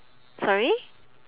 sorry